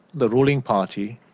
the ruling party,